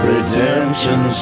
Redemption